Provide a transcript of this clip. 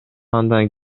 андан